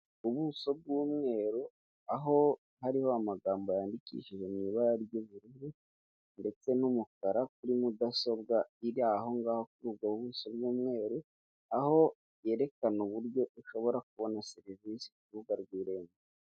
Ubuso bw'umweru aho hariho amagambo yandikishije mu ibara ry'ubururu ndetse n'umukara kuri mudasobwa iri aho ngaho kuri ubwo buso bw'umweru. Aho yerekana uburyo ushobora kubona serivise ku rubuga rw'Irembo.